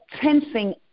tensing